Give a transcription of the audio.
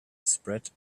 spread